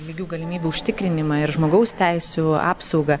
lygių galimybių užtikrinimą ir žmogaus teisių apsaugą